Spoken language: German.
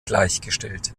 gleichgestellt